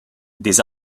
des